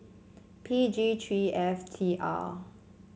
P G three F T R